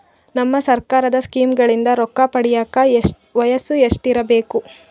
ನಮ್ಮ ಸರ್ಕಾರದ ಸ್ಕೀಮ್ಗಳಿಂದ ರೊಕ್ಕ ಪಡಿಯಕ ವಯಸ್ಸು ಎಷ್ಟಿರಬೇಕು?